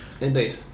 indeed